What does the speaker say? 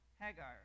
Hagar